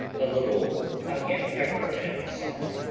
a little cayenne pepper and salt.